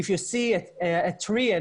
Anytime you are looking for shade from the